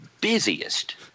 busiest